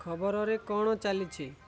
ଖବରରେ କ'ଣ ଚାଲିଛି